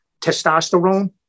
testosterone